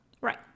Right